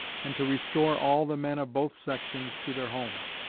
and to restore all the men of both sections to their homes.